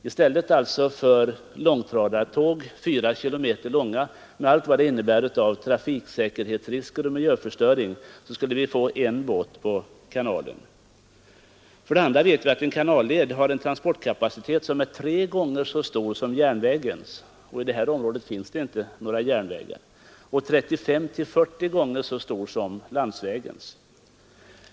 I stället för långtradartåg — 4 kilometer långa med allt vad det innebär av trafiksäkerhetsrisker och miljöförstöring — skulle vi få en båt på kanalen. För det andra vet vi att en kanalled har en transportkapacitet som är tre gånger så stor som järnvägens — och i detta område finns det inte några järnvägar — och 35—40 gånger så stor som landsvägens.